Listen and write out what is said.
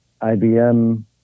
ibm